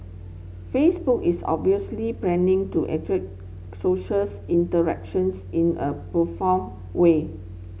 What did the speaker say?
Facebook is obviously planning to socials interactions in a profound way